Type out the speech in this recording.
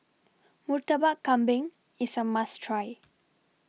Murtabak Kambing IS A must Try